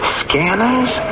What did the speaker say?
scanners